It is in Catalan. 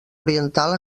oriental